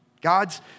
God's